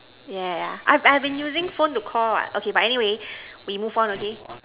yeah yeah yeah I have I have been using phone to Call what okay but anyway we move on okay